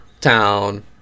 town